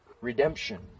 redemption